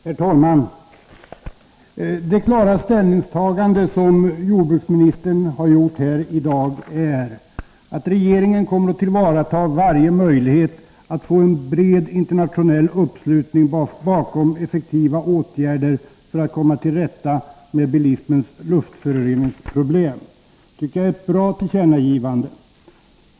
Herr talman! Det klara ställningstagande som jordbruksministern har gjort här i dag innebär att regeringen kommer att tillvarata varje möjlighet att få en bred internationell uppslutning bakom effektiva åtgärder för att komma till rätta med bilismens luftföroreningsproblem. Det tycker jag är ett bra tillkännagivande.